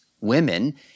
women